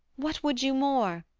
what would you more?